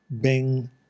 Bing